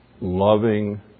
loving